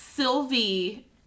Sylvie